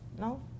no